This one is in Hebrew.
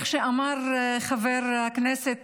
כמו שאמר חבר הכנסת